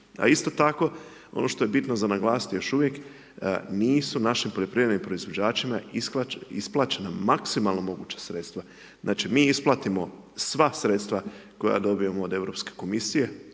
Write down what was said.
A isto tako, ono što je bitno za naglasiti, još uvijek, nisu našim poljoprivrednim proizvođačima isplaćena maksimalna moguća sredstva. Znači mi isplatimo sva sredstva koja dobijemo od Europske komisije,